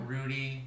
Rudy